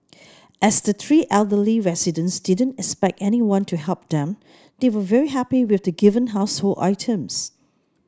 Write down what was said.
as the three elderly residents didn't expect anyone to help them they were very happy with the given household items